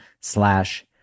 slash